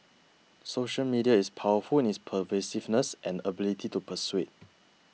social media is powerful in its pervasiveness and ability to persuade